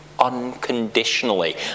unconditionally